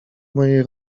mojej